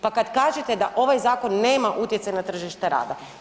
Pa kad kažete da ovaj zakon nema utjecaj na tržište rada.